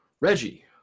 Reggie